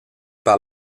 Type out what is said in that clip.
par